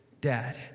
dad